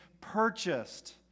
purchased